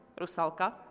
Rusalka